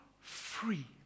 free